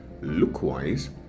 look-wise